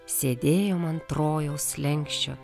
sėdėjom ant rojaus slenksčio